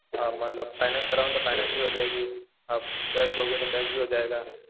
हाँ मतलब फ़ाइनैन्स करवाओ तो फ़ाइनैन्स भी हो जाएगी आप कैश दोगे तो कैश भी हो जाएगा